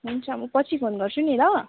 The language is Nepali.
हुन्छ म पछि फोन गर्छु नि ल